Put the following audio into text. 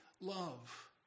love